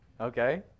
okay